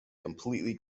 completely